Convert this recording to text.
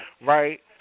Right